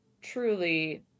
truly